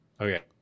Okay